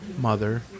Mother